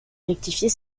rectifier